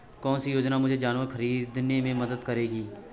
कौन सी योजना मुझे जानवर ख़रीदने में मदद करेगी?